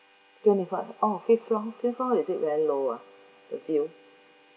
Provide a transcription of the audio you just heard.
twenty first oh fifth floor fifth floor is it very low ah the view